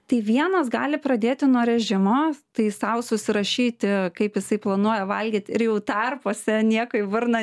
tai vienas gali pradėti nuo režimo tai sau susirašyti kaip jisai planuoja valgyt ir jau tarpuose nieko į burną